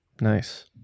nice